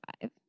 five